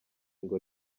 ngo